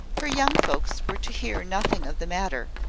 her young folks were to hear nothing of the matter,